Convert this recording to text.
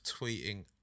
tweeting